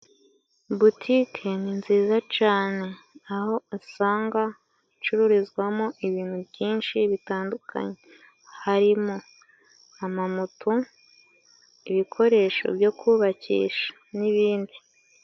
Butike ni nziza cane aho asanga hacururizwamo ibintu byinshi bitandukanye, harimo amamoto ibikoresho byo kubakisha n'ibindi.